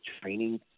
training